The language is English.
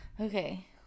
okay